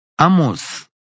Amos